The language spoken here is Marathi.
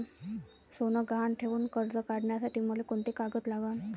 सोनं गहान ठेऊन कर्ज काढासाठी मले कोंते कागद लागन?